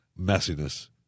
messiness